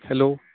hello